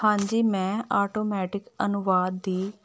ਹਾਂਜੀ ਮੈਂ ਆਟੋਮੈਟਿਕ ਅਨੁਵਾਦ ਦੀ